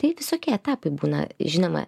tai visokie etapai būna ir žinoma